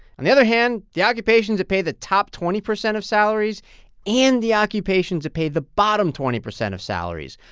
on the other hand, the occupations that pay the top twenty percent of salaries and the occupations that pay the bottom twenty percent of salaries,